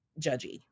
judgy